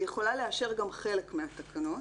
היא יכולה לאשר גם חלק מהתקנות,